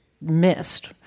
missed